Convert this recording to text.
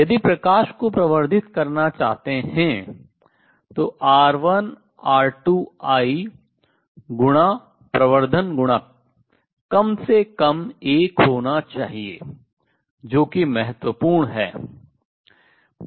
यदि प्रकाश को प्रवर्धित करना है तो R1 R2 I गुणा प्रवर्धन गुणक कम से कम एक होना चाहिए जो कि महत्वपूर्ण है